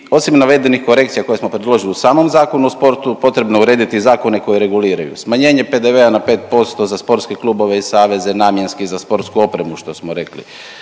osim navedenih korekcija koje smo predložili u samom Zakonu o sportu potrebno je urediti zakone koji reguliraju smanjenje PDV-a na 5% za sportske klubove i saveze namjenski za sportsku opremu što smo rekli.